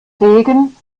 regen